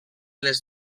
les